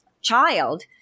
child